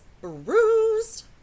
bruised